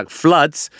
floods